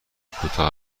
کوتاه